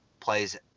plays